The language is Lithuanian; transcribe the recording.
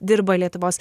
dirba lietuvos